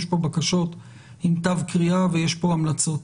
יש פה בקשות עם תו קריאה ויש פה המלצות.